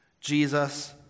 Jesus